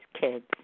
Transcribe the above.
kids